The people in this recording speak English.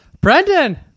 Brendan